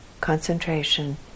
concentration